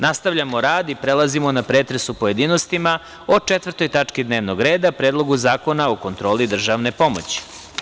Nastavljamo rad i prelazimo na pretres u pojedinostima o 4. tački dnevnog reda – PREDLOGU ZAKONA O KONTROLI DRŽAVNE POMOĆI.